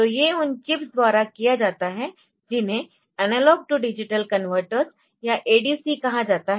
तो ये उन चिप्स द्वारा किया जाता है जिन्हें एनालॉग टू डिजिटल कन्वर्टर्स या ADC कहाजाता है